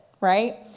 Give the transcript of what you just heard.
right